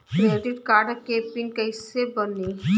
Credit card के PIN कैसे बनी?